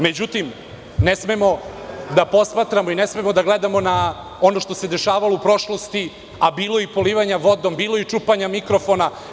Međutim, ne smemo da posmatramo i ne smemo da gledamo na ono što se dešavalo u prošlosti, a bilo je i polivanja vodom, bilo je i čupanja mikrofona.